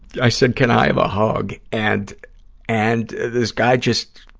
i said, can i have a hug? and and this guy just,